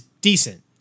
decent